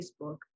Facebook